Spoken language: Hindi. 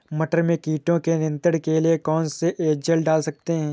मटर में कीटों के नियंत्रण के लिए कौन सी एजल डाल सकते हैं?